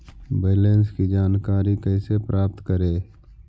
Balance की जानकारी कैसे प्राप्त करे?